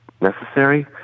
necessary